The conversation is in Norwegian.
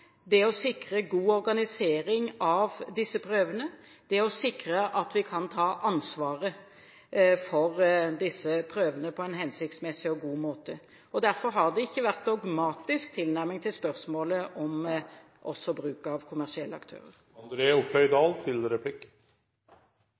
å sikre god organisering av prøvene og å sikre at vi kan ta ansvaret for disse prøvene på en hensiktsmessig og god måte – og derfor har det ikke vært en dogmatisk tilnærming til spørsmålet om bruk av kommersielle aktører.